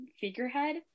figurehead